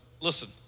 Listen